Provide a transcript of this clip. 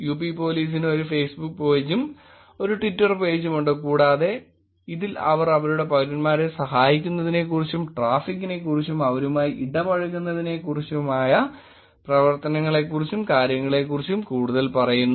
UP പോലീസിന് ഒരു Facebook പേജും ഒരു ട്വിറ്റർ പേജും ഉണ്ട് കൂടാതെ ഇതിൽ അവർ അവരുടെ പൌരന്മാരെ സഹായിക്കുന്നതിനെക്കുറിച്ചും ട്രാഫിക്കിനെക്കുറിച്ചും അവരുമായി ഇടപഴകുന്നതുമായ കാര്യങ്ങളെക്കുറിച്ചും പ്രവർത്തനങ്ങളെക്കുറിച്ചും കൂടുതൽ പറയുന്നു